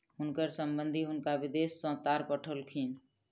हुनकर संबंधि हुनका विदेश सॅ तार पठौलखिन